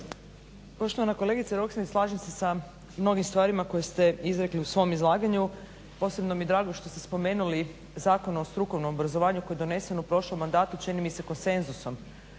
Poštovana kolegice Roksandić, slažem se sa mnogim stvarima koje ste izrekli u svom izlaganju. Posebno mi je drago što ste spomenuli Zakon o strukovnom obrazovanju koji je donesen u prošlom mandatu čini mi se konsenzusom,